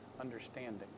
Understanding